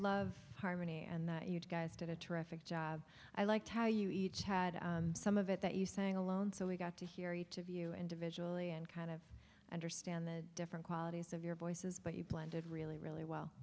love harmony and that you guys did a terrific job i liked how you each had some of it that you sang alone so we got to hear each of you individually and kind of understand the different qualities of your voices but you blended really really well